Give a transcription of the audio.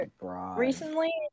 Recently